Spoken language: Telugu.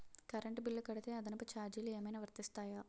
కరెంట్ బిల్లు కడితే అదనపు ఛార్జీలు ఏమైనా వర్తిస్తాయా?